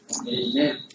Amen